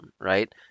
right